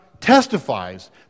testifies